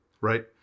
right